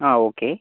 ആ ഓക്കെ